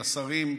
לשרים,